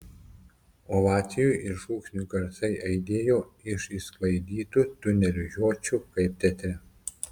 ovacijų ir šūksnių garsai aidėjo iš išsklaidytų tunelių žiočių kaip teatre